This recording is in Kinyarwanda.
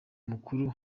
mukuru